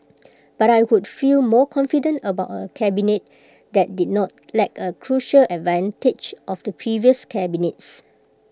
but I would feel more confident about A cabinet that did not lack A crucial advantage of the previous cabinets